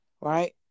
right